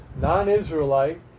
non-Israelite